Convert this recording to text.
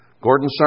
Gordon